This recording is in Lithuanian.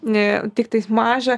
nė tiktais mažą